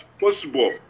possible